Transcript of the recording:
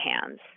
hands